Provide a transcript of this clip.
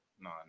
No